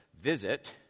Visit